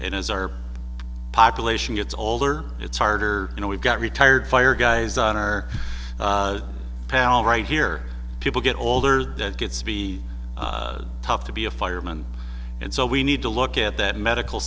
and as our population gets older it's harder you know we've got retired fire guys on our pal right here people get older that gets to be tough to be a fireman and so we need to look at that medical